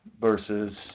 Versus